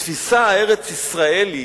התפיסה הארץ-ישראלית